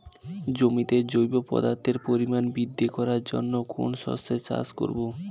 জমিতে জৈব পদার্থের পরিমাণ বৃদ্ধি করার জন্য কোন শস্যের চাষ করবো?